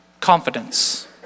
Confidence